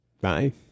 Bye